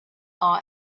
our